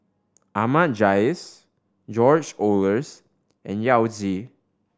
Ahmad Jais George Oehlers and Yao Zi